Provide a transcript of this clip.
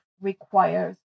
requires